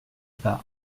pas